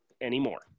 anymore